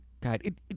God